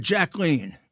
Jacqueline